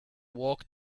walked